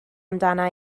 amdana